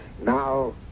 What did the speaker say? now